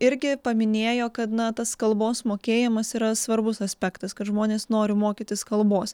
irgi paminėjo kad na tas kalbos mokėjimas yra svarbus aspektas kad žmonės nori mokytis kalbos